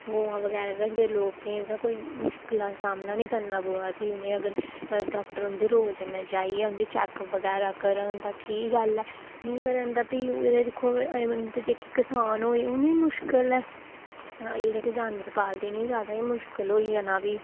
ग'वां बगैरा रखदे लोक केईं तां उ'नें ई मुश्कलां दा सामना निं करना प'वै भी उ'नें ई अगर डाक्टर उं'दे रोजान्ना जाइयै उं'दे चैक्क बगैरा करन तां ठीक गल्ल ऐ नेईं करन तां भी दिक्खो उं'दी जेह्के करसान होए उ'नें गी मुश्कल ऐ एह् जेह्ड़े जानवर पालदे इ'नें ई जैदा गै मुश्कल होई जाना भी